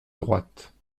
droite